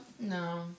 No